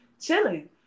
chilling